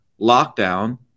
lockdown